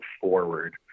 forward